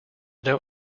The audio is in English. don’t